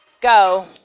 go